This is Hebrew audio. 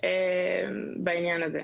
בעניין הזה.